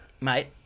Mate